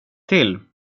till